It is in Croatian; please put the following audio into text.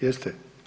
Jeste.